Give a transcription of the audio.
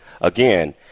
Again